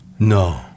No